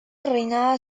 reinaba